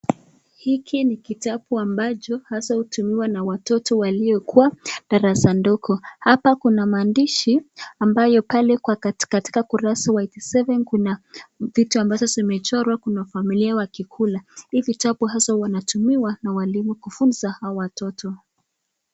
Hiki ni kitabu ambacho hasa hutumiwa na watoto waliokuwa darasa ndogo hapa kuna maandishi ambayo pale kwa katika kurasa wa eighty seven kuna vitu ambazo zimechorwa kuna familia wakikula hii vitabu hasa wanatumiwa na walimu kufunza hawa watoto.